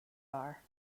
are